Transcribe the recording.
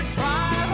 try